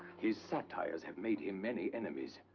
his satires have made him many enemies.